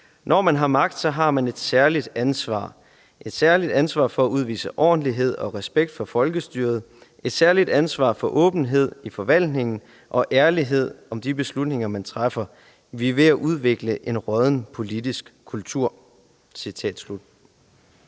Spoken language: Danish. »når man har magt, så har man et særligt ansvar! Et særligt ansvar for at udvise ordentlighed og respekt for folkestyret. Et særligt ansvar for åbenhed i forvaltningen og ærlighed om de beslutninger, man træffer. Vi er ved at udvikle en rådden politisk kultur«?